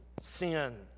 sin